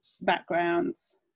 backgrounds